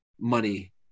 money